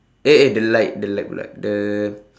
eh eh the light the light pula the